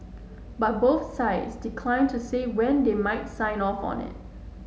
but both sides declined to say when they might sign off on it